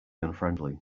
unfriendly